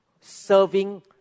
serving